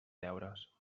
deures